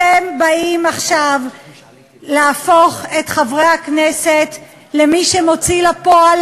אתם באים עכשיו להפוך את חברי הכנסת למי שמוציא לפועל,